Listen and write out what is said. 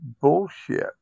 bullshit